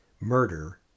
murder